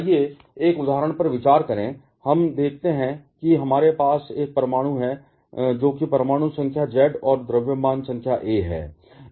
आइए एक उदाहरण पर विचार करें हमें देखते हैं कि हमारे पास एक परमाणु है जो कि परमाणु संख्या Z और द्रव्यमान संख्या A है